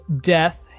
death